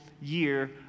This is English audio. year